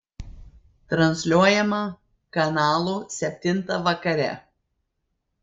transliuojama kanalu septintą vakare